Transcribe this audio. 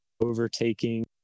overtaking